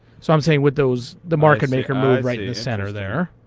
so i'm saying with those the market maker move right in the center there.